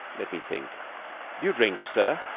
let me think. do you drink, sir?